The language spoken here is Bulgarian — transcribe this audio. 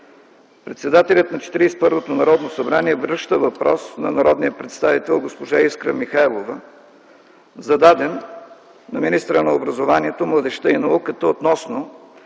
Четиридесет и първото Народно събрание връща въпрос на народния представител госпожа Искра Михайлова, зададен на министъра на образованието, младежта и науката, относно